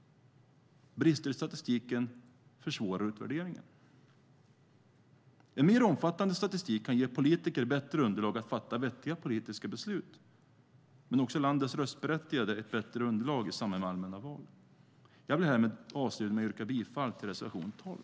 Brister i statistiken försvårar utvärderingen. En mer omfattande statistik kan ge politiker bättre underlag för att fatta vettiga politiska beslut, men den kan också ge landets röstberättigade ett bättre underlag i samband med allmänna val. Jag vill härmed avsluta med att yrka bifall till reservation 12.